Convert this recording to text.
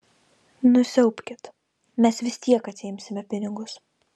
nusiaubkit mes vis tiek atsiimsime pinigus